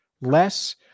less